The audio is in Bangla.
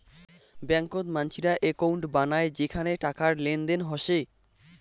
ব্যাংকত মানসিরা একউন্ট বানায় যেখানে টাকার লেনদেন হসে